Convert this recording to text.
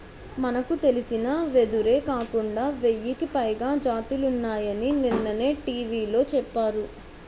మనకు తెలిసిన వెదురే కాకుండా వెయ్యికి పైగా జాతులున్నాయని నిన్ననే టీ.వి లో చెప్పారు